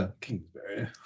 Kingsbury